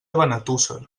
benetússer